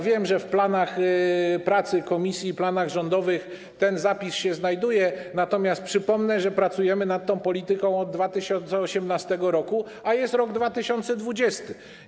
Wiem, że w planach pracy komisji i planach rządowych ten zapis się znajduje, natomiast przypomnę, że pracujemy nad tą polityką od 2018 r., a jest rok 2020.